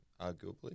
arguably